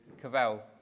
Cavell